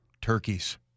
turkeys